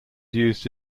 used